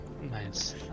Nice